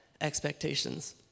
expectations